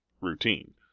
routine